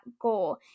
goal